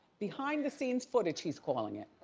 behind the scenes footage, he's calling it.